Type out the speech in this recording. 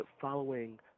following